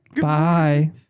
Bye